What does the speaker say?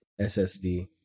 SSD